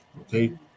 okay